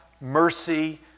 mercy